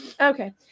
Okay